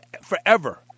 forever